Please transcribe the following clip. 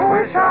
Wish